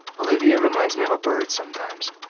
olivia reminds me of a bird sometimes,